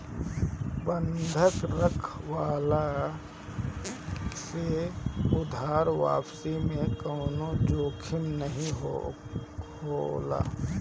बंधक रखववला से उधार वापसी में कवनो जोखिम नाइ होला